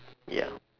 ya